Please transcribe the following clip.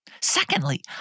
Secondly